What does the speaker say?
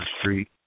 Street